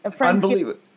unbelievable